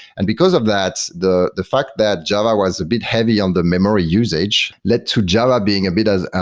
and because of that, the the fact that java was a bit heavy on the memory usage, led to java being a bit as,